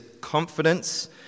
confidence